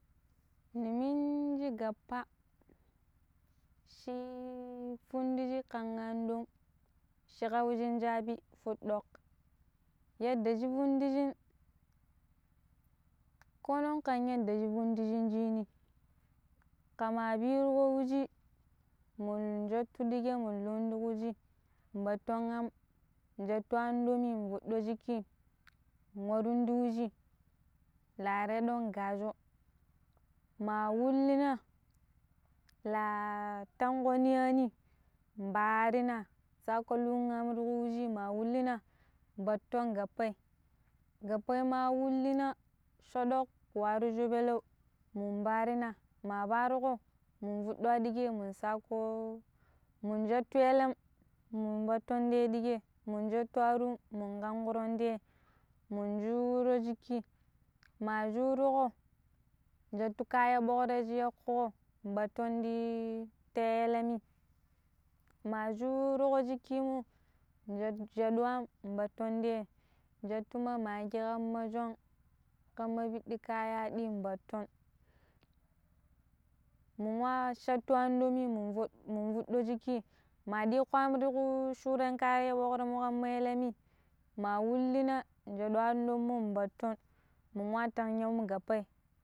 Ni minji gappa shi fundiji kan an dom shi kauwujuabi futdoƙ yadda shi fundijin konnon kan yadda shi fundijini kama biriƙo wuji mun jattu diƙe mun lan ti wuji baton am jattu an domi votto jiki wabun ti wuji lareno gajo ma wulina la tango ninyani ni baarina sako lun aam ti wuji ma wullina batton gappai, gappai ma wullina sho doƙ wari sho beleu, mun barina ma baraƙo mun fuddu wa diƙƙei mun sako mun jattu yalam mun baton te digai mun jettu arum mun kankuron ti ye mu juuro ya jaki ma juruƙo jettu kayan bograi shi yakuƙo batton di ta yallami ma shirƙo shikki mo ja-jattu am batton di yhe jettu ma maggi kamma shọn kamma pidi kaya hadin baton mu wa shattu andommi mun fuɗ mu fuɗɗo jiki ma diko aam tikku shuran kayan bogra mo kamma yallami ma wullina jettu anɗommo batton mun wa tanyo gappa